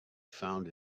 found